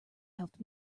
helped